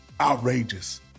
outrageous